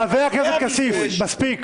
חבר הכנסת כסיף, מספיק.